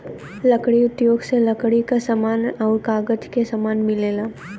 लकड़ी उद्योग से लकड़ी क समान आउर कागज क समान मिलेला